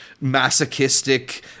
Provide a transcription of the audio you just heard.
masochistic